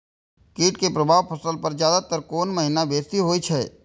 कीट के प्रभाव फसल पर ज्यादा तर कोन महीना बेसी होई छै?